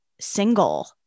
single